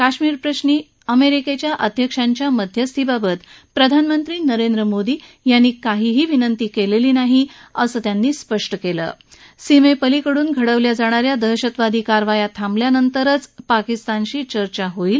केश्मिरपश्री अमेरिकेच्या अध्यक्षाच्या मध्यस्थीबाबत प्रधानमक्तीनरेंद्र मोदी याती कसलीही विनक्ती केलेली नाही असत्यांची स्पष्ट केला सीमेपलीकडून घडवल्या जाणा या दहशतवादी कारवाया थाकियानक्तर पाकिस्तानशी चर्चा केली जाईल